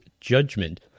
judgment